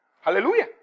Hallelujah